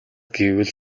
гэвэл